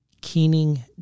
Keening